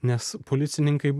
nes policininkai